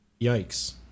Yikes